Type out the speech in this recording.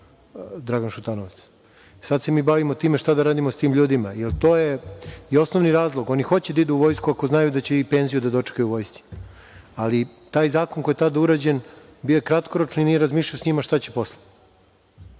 Dragan Šutanovac. Sada se mi bavimo time šta da radimo sa tim ljudima. To je osnovni razlog. Oni hoće da idu u Vojsku ako znaju da će i penziju da dočekaju u Vojsci, ali taj zakon koji je tada urađen bio je kratkoročan i nije se razmišljalo šta posle.